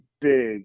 big